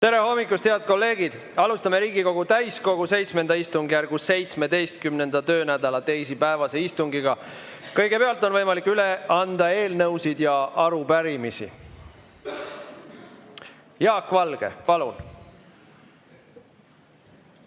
Tere hommikust, head kolleegid! Alustame Riigikogu täiskogu VII istungjärgu 17. töönädala teisipäevast istungit. Kõigepealt on võimalik üle anda eelnõusid ja arupärimisi. Jaak Valge, palun! Tere